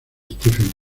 stephen